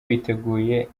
biteguye